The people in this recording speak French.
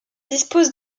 dispose